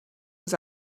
was